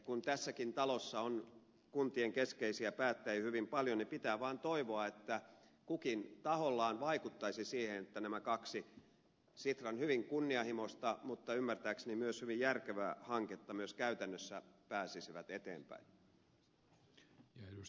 kun tässäkin talossa on kuntien keskeisiä päättäjiä hyvin paljon niin pitää vaan toivoa että kukin tahollaan vaikuttaisi siihen että nämä kaksi sitran hyvin kunnianhimoista mutta ymmärtääkseni myös hyvin järkevää hanketta myös käytännössä pääsisivät eteenpäin